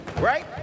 right